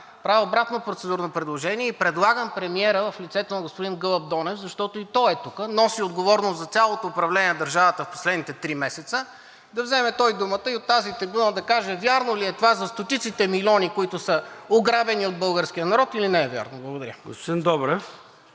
правя обратно процедурно предложение и предлагам премиера в лицето на господин Гълъб Донев, защото и той е тук – носи отговорност за цялото управление на държавата в последните три месеца, да вземе той думата и от тази трибуна да каже – вярно ли е това за стотиците милиони, които са ограбени от българския народ, или не е вярно. Благодаря. ПРЕДСЕДАТЕЛ